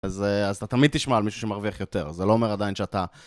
אז אתה תמיד תשמע על מישהו שמרוויח יותר, זה לא אומר עדיין שאתה...